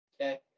Okay